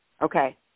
Okay